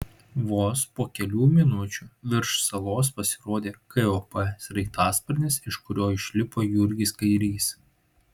vos po kelių minučių virš salos pasirodė kop sraigtasparnis iš kurio išlipo jurgis kairys